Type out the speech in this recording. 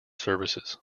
services